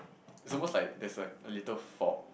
it's almost like there's like a little fault